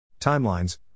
Timelines